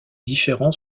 différent